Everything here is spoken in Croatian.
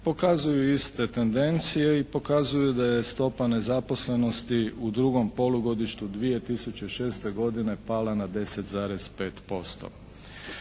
pokazuju iste tendencije i pokazuju da je stopa nezaposlenosti u drugom polugodištu 2006. godine pala na 10,5%.